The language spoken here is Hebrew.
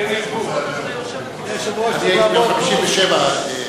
מזל טוב, שנים טובות, אני הייתי בן 57 סבא.